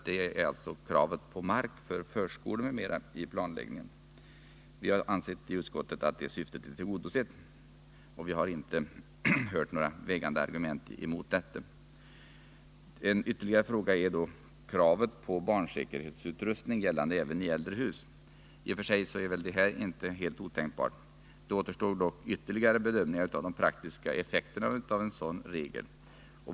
Kravet på att man vid planläggningen reserverar mark för förskolor m.m. har vi i utskottet ansett vara tillgodosett, och jag har inte hört några vägande argument mot detta. Ytterligare en fråga gäller kravet på barnsäkerhetsutrustning även i äldre hus. I och för sig är väl detta inte helt otänkbart. Det återstår dock att göra bedömningar av de praktiska effekterna av en sådan regel.